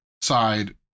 side